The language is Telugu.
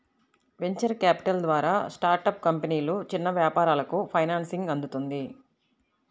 వెంచర్ క్యాపిటల్ ద్వారా స్టార్టప్ కంపెనీలు, చిన్న వ్యాపారాలకు ఫైనాన్సింగ్ అందుతుంది